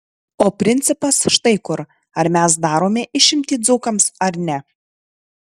o principas štai kur ar mes darome išimtį dzūkams ar ne